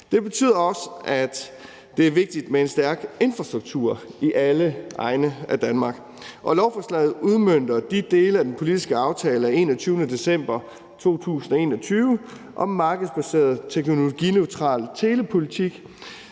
Det betyder også, at det er vigtigt med en stærk infrastruktur i alle egne af Danmark, og lovforslaget udmønter de dele af den politiske aftale af 21. december 2021 om markedsbaseret teknologineutral telepolitik,